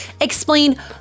explain